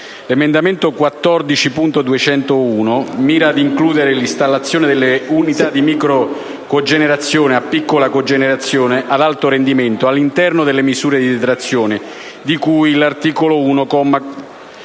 L'emendamento 14.201 mira ad includere le spese per l'installazione di unità di microcogenerazione e piccola cogenerazione ad alto rendimento all'interno delle misure di detrazione, di cui all'articolo 1,